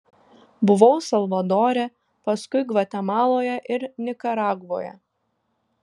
buvau salvadore paskui gvatemaloje ir nikaragvoje